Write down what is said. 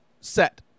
set